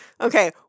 Okay